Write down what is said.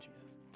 Jesus